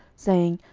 saying,